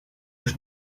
již